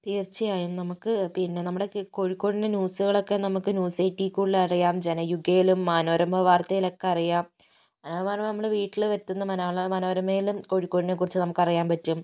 തീർച്ചയായും നമുക്ക് പിന്നെ നമ്മുടെ കോഴിക്കോടിൻ്റെ ന്യൂസുകളൊക്കെ നമുക്ക് ന്യൂസ് എയ്റ്റിയിൽക്കൂടി അറിയാം ജനയുഗയിലും മനോരമ വാർത്തയിലൊക്കെ അറിയാം അത് മലയാള മനോരമ നമ്മള് വീട്ടില് വരുത്തുന്ന മലയാള മനോരമയിലും കോഴിക്കോടിനെക്കുറിച്ച് നമുക്ക് അറിയാൻ പറ്റും